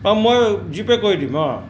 অঁ মই G Pay কৰি দিম অঁ